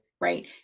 right